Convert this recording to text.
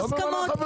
יש הסכמות.